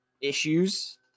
issues